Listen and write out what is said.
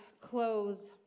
close